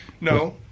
No